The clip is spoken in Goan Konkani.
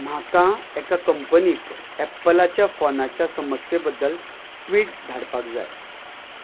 म्हाका एका कंपनीक एप्पलाच्या फोनाच्या समस्ये बद्दल ट्वीट धाडपाक जाय